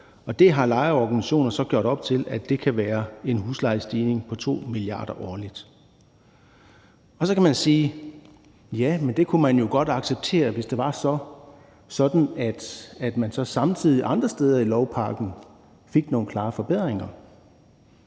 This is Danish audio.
boliger. Lejeorganisationer har opgjort det til, at det kan være en huslejestigning på 2 mia. kr. årligt. Så kan man sige: Ja, men det kunne man jo godt acceptere, hvis det var sådan, at man så samtidig andre steder i lovpakken fik nogle klare forbedringer.